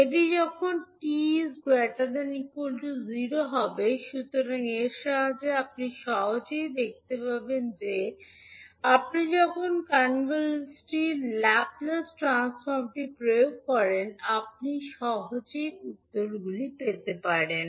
এটি যখন 𝑡 ≥ 0 হবে সুতরাং এর সাহায্যে আপনি সহজেই দেখতে পাবেন যে আপনি যখন কনভোলজটির ল্যাপ্লেস ট্রান্সফর্মটি প্রয়োগ করেন আপনি সহজেই উত্তরগুলি পেতে পারেন